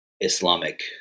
Islamic